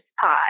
pod